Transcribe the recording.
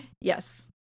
Yes